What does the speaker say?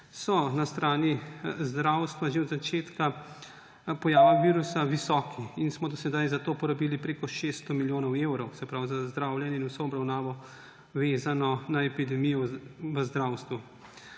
so na strani zdravstva že od začetka pojave virusa visoki in smo do sedaj za to porabili preko 600 milijonov evrov, se pravi za zdravljenje in vso obravnavo, vezano na epidemijo v zdravstvu.